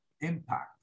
impact